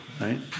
right